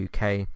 UK